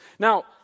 Now